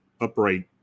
upright